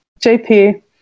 JP